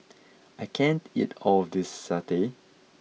I can't eat all of this satay